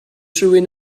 rhywun